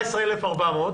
14,400,